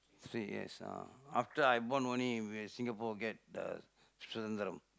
three years uh after I born only Singapore get the சுதந்திரம்:suthandthiram